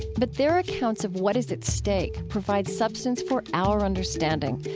but their accounts of what is at stake provide substance for our understanding,